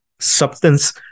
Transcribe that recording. substance